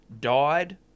died